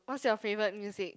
what's your favorite music